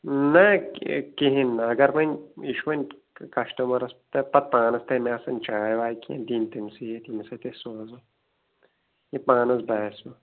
نہ کِہیٖنۍ نہٕ اگر وۅنۍ یہِ چھُ وۄنۍ کَسٹمَرَس تہِ پَتہٕ پانَس تہِ مےٚ آسان چاے واے کیٚنٛہہ دِنۍ تٔمسٕے اتھۍ یٔمس سۭتۍ أسۍ سوزو یہِ پانَس باسوٕ